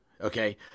Okay